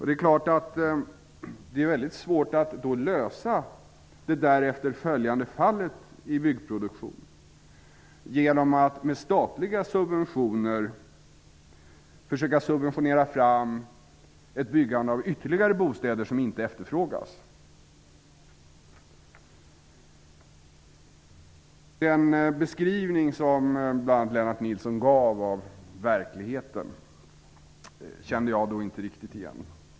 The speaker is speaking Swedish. Det är naturligtvis svårt att lösa fallet i byggproduktionen genom att med statliga subventioner försöka subventionera fram ett byggande av ytterligare bostäder som inte efterfrågas. Den beskrivning som bl.a. Lennart Nilsson gav av verkligheten kände jag inte riktigt igen.